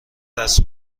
دست